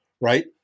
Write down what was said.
right